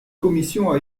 commission